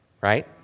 right